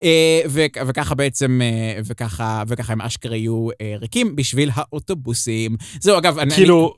וככה בעצם, וככה וככה הם אשכרה יהיו ריקים בשביל האוטובוסים. זהו, אגב, אני...